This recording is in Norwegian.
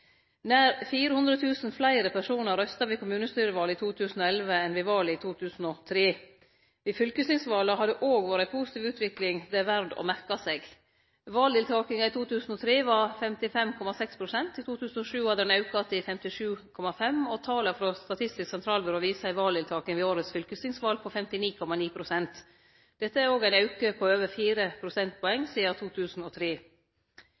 Nær 400 000 fleire personar røysta ved kommunestyrevalet i 2011 enn ved valet i 2003. Ved fylkestingsvala har det òg vore ei positiv utvikling det er verd å merke seg. Valdeltakinga i 2003 var 55,6 pst., i 2007 hadde ho auka til 57,5 pst. Tala frå Statistisk sentralbyrå syner ei valdeltaking ved årets fylkestingsval på 59,9 pst. Dette er ein auke på over